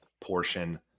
portion